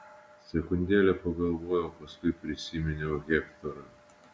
sekundėlę pagalvojau paskui prisiminiau hektorą